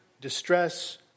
distress